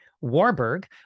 Warburg